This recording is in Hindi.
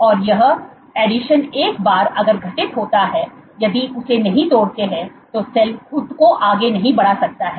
और यह एडिशन एक बार अगर गठित होता है यदि उसे नहीं तोड़ते हैं तो सेल खुद को आगे नहीं बढ़ा सकता है